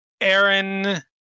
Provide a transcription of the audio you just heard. aaron